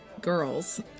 girls